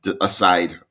aside